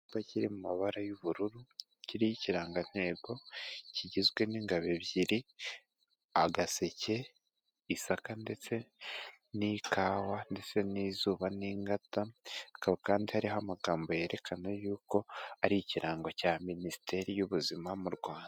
Icyapa kiri mu mabara y'ubururu, kiriho ikirangantego kigizwe n'ingabo ebyiri: agaseke, isaka ndetse n'ikawa, ndetse n'izuba n'ingata, akaba kandi hariho amagambo yerekana yuko ari ikirango cya minisiteri y'ubuzima mu Rwanda.